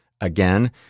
again